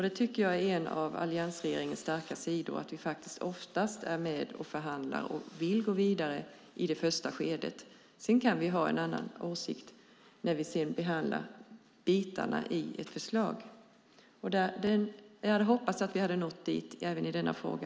Det är en av alliansregeringens starka sidor att vi oftast är med och förhandlar och vill gå vidare i det första skedet. Vi kan sedan ha en annan åsikt när vi behandlar bitarna i ett förslag. Jag hade hoppats att vi hade nått dit även i denna fråga.